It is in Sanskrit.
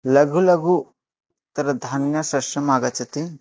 लघु लघु तत्र धान्यं सस्यम् आगच्छति